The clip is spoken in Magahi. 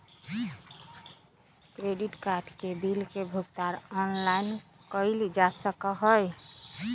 क्रेडिट कार्ड के बिल के भुगतान ऑनलाइन कइल जा सका हई